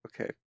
Okay